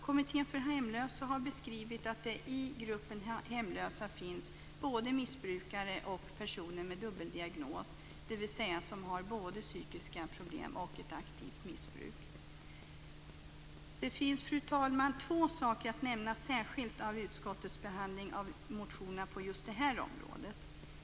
Kommittén för hemlösa har beskrivit att det i gruppen hemlösa finns både missbrukare och personer med dubbeldiagnos, dvs. både psykiska problem och ett aktivt missbruk. Det finns, fru talman, två saker att nämna särskilt om utskottets behandling av motioner på just det här området.